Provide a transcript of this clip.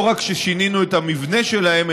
לא רק ששינינו את המבנה שלהם,